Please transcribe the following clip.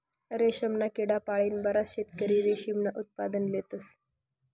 रेशमना किडा पाळीन बराच शेतकरी रेशीमनं उत्पादन लेतस